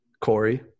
Corey